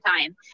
time